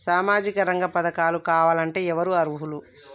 సామాజిక రంగ పథకాలు కావాలంటే ఎవరు అర్హులు?